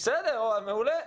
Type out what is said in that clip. מעולה.